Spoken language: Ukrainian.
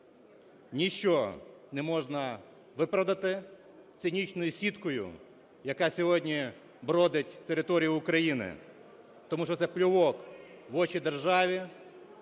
Ніщо не можна виправдати цинічною сіткою, яка сьогодні бродить територією України, тому що це плювок в очі державі,